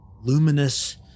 luminous